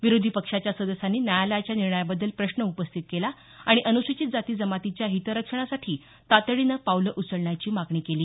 विरोधी पक्षाच्या सदस्यांनी न्यायालयाच्या निर्णयाबद्दल प्रश्न उपस्थित केला आणि अनुसूचित जाती जमातीच्या हितरक्षणासाठी तातडीनं पावलं उचलण्याची मागणी केली